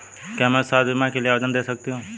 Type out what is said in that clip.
क्या मैं स्वास्थ्य बीमा के लिए आवेदन दे सकती हूँ?